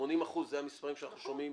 ו-80% זה המספרים שאנחנו שומעים.